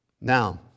Now